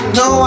no